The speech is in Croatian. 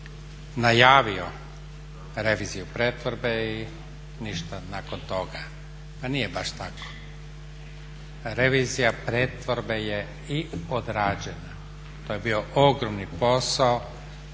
najavio reviziju pretvorbe i ništa nakon toga. Pa nije baš tako. Revizija pretvorbe je i odrađena to je bio ogromni posao